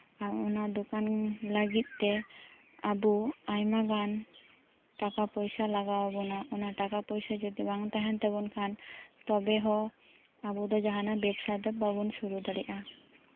ᱟᱨ ᱚᱱᱟ ᱫᱚᱠᱟᱱ ᱞᱟᱹᱜᱤᱫ ᱛᱮ ᱟᱵᱚ ᱟᱭᱢᱟᱜᱟᱱ ᱴᱟᱠᱟ ᱯᱚᱭᱥᱟ ᱞᱟᱜᱟᱣ ᱟᱵᱚᱱᱟ ᱚᱱᱟ ᱴᱟᱠᱟ ᱯᱚᱭᱥᱟ ᱡᱚᱫᱤ ᱵᱟᱝ ᱛᱟᱦᱮᱱᱟ ᱛᱟᱵᱚᱱ ᱠᱷᱟᱱ ᱛᱚᱵᱮ ᱦᱚ ᱟᱵᱚᱫᱚ ᱡᱟᱦᱟᱱᱟᱜ ᱵᱮᱯᱥᱟ ᱫᱚ ᱵᱟᱵᱚᱱ ᱥᱩᱨᱩ ᱫᱟᱲᱮᱭᱟᱜᱼᱟ